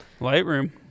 Lightroom